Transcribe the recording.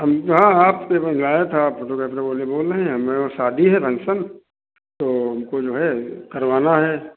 हाँ आपसे मंगवाया था फोटोग्राफ़र वाले बोल रहे हैं मेरा यहाँ शादी है फंक्शन तो हमको जो है करवाना है